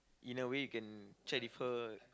in a way you can chat with her